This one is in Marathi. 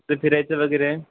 तिथं फिरायचं वगैरे